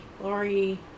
Laurie